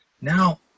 now